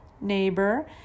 neighbor